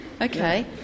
Okay